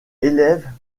élève